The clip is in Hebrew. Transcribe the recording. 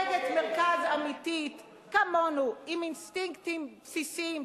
עם אינסטינקטים בסיסיים,